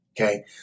Okay